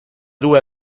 due